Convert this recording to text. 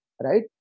right